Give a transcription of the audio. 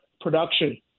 production